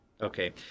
Okay